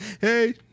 Hey